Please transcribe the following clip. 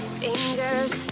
fingers